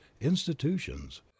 institutions